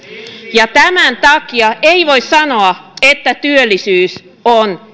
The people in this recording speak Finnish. tämän takia ei voi sanoa että työllisyys on